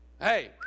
Hey